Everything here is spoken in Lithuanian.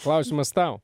klausimas tau